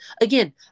Again